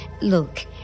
Look